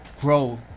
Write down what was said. grow